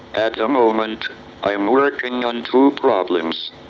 at the moment i am working on two problems.